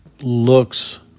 looks